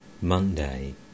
Monday